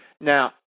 Now